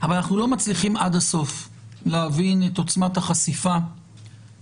אבל אנחנו לא מצליחים עד הסוף להבין את עוצמת החשיפה של